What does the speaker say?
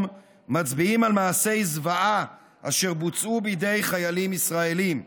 מצביעות על מעשי זוועה אשר בוצעו בידי חיילים ישראלים,